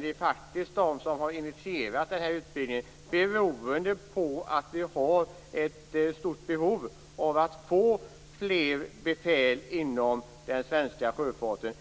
Det är faktiskt de som har initierat den här utbildningen, beroende på att vi har ett stort behov av att få fler befäl inom den svenska sjöfarten,